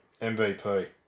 MVP